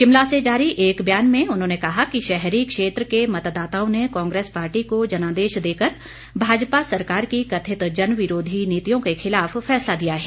शिमला से जारी एक ब्यान में उन्होंने कहा कि शहरी क्षेत्र के मतदाताओं ने कांग्रेस पार्टी को जनादेश देकर भाजपा सरकार की कथित जनविरोधी नीतियों के खिलाफ फैसला दिया है